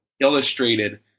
illustrated